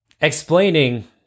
explaining